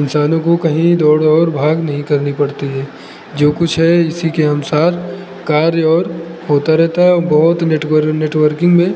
इंसानों को कहीं दौड़ और भाग नहीं करनी पड़ती है जो कुछ है इसी के अनुसार कार्य और होता रहता है और बहुत नेटवर्किंग में